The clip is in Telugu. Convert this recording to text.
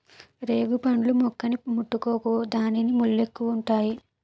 రేగుపండు మొక్కని ముట్టుకోకు దానికి ముల్లెక్కువుంతాయి